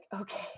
okay